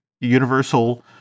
Universal